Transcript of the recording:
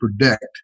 predict